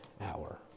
hour